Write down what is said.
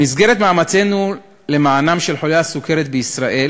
במסגרת מאמצינו למען חולי הסוכרת בישראל